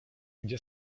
gdzie